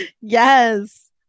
Yes